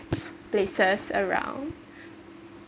places around